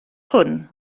hwn